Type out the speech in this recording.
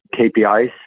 KPIs